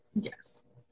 Yes